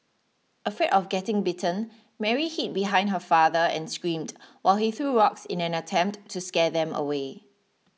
afraid of getting bitten Mary hid behind her father and screamed while he threw rocks in an attempt to scare them away